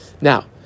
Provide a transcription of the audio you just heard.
Now